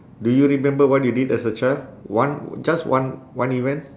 do you remember what you did as a child one just one one event